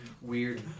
weird